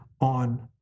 on